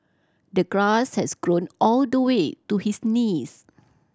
the grass has grown all the way to his knees